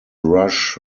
rush